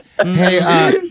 Hey